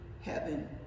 heaven